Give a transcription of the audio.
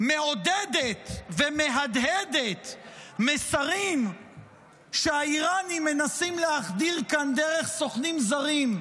מעודדת ומהדהדת מסרים שהאיראנים מנסים להחדיר כאן דרך סוכנים זרים,